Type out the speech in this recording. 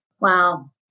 Wow